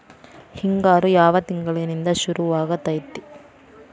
ಹಿಂಗಾರು ಯಾವ ತಿಂಗಳಿನಿಂದ ಶುರುವಾಗತೈತಿ?